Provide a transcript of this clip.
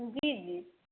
जी जी